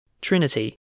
Trinity